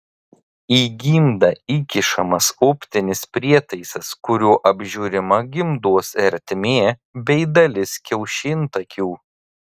į gimdą įkišamas optinis prietaisas kuriuo apžiūrima gimdos ertmė bei dalis kiaušintakių